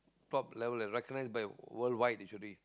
top level recognise by worldwide literally